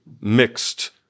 mixed